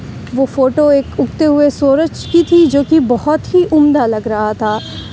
وہ فوٹو ایک اگتے ہوئے سورج کی تھی جو کہ بہت ہی عمدہ لگ رہا تھا